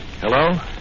Hello